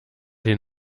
den